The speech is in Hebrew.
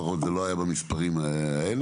זה לא היה במספרים האלה.